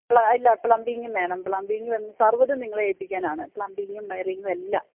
ഇല്ല പ്ലംബിങും വേണം പ്ലംബിങ് സർവ്വതും നിങ്ങളെ ഏൽപ്പിക്കാനാണ് പ്ലംബിങ്ങും വയറിങ്ങും എല്ലാം